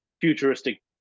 futuristic